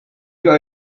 iga